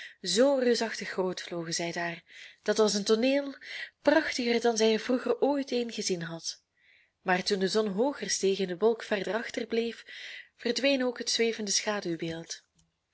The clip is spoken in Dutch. zoo reusachtig groot vlogen zij daar dat was een tooneel prachtiger dan zij er vroeger ooit een gezien had maar toen de zon hooger steeg en de wolk verder achterbleef verdween ook het zwevende